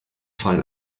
fall